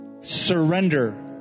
Surrender